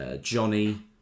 Johnny